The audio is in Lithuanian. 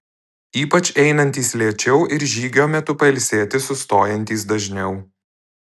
ypač einantys lėčiau ir žygio metu pailsėti sustojantys dažniau